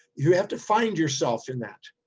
you have to find yourself in that.